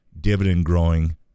dividend-growing